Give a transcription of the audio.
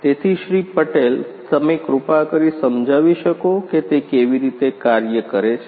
તેથી શ્રી પટેલ તમે કૃપા કરી સમજાવી શકો કે તે કેવી રીતે કાર્ય કરે છે